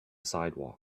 sidewalk